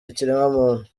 ikiremwamuntu